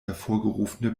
hervorgerufene